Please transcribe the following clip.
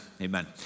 Amen